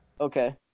Okay